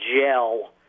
gel